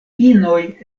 inoj